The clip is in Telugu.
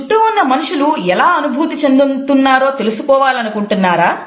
మీ చుట్టూ ఉన్న మనుషులు ఎలా అనుభూతి చెందుతున్నారో తెలుసుకోవాలనుకుంటున్నారా